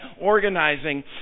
organizing